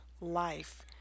life